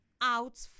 out